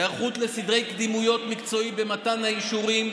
היערכות לסדרי קדימויות מקצועי במתן האישורים,